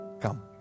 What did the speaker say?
come